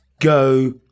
go